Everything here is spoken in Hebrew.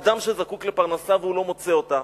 אדם שזקוק לפרנסה והוא לא מוצא אותה,